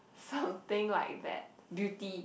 something like that Beauty